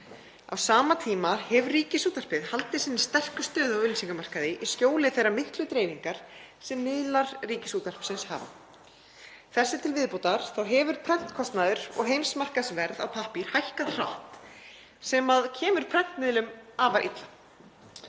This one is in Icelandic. Á sama tíma hefur Ríkisútvarpið haldið sinni sterku stöðu á auglýsingamarkaði í skjóli þeirrar miklu dreifingar sem miðlar Ríkisútvarpsins hafa. Þessu til viðbótar hefur prentkostnaður og heimsmarkaðsverð á pappír hækkað hratt sem kemur prentmiðlunum afar illa.